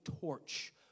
torch